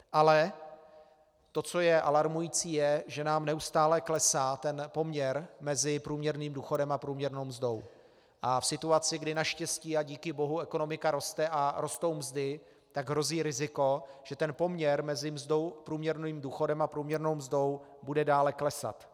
Ale to, co je alarmující, je, že nám neustále klesá poměr mezi průměrným důchodem a průměrnou mzdou a v situaci, kdy naštěstí a díky bohu ekonomika roste a rostou mzdy, tak hrozí riziko, že ten poměr mezi mzdou, průměrným důchodem a průměrnou mzdou bude dále klesat.